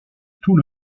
tout